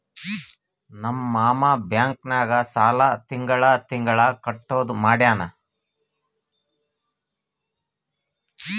ನಮ್ ಮಾಮಾ ಬ್ಯಾಂಕ್ ನಾಗ್ ಸಾಲ ತಿಂಗಳಾ ತಿಂಗಳಾ ಕಟ್ಟದು ಮಾಡ್ಯಾನ್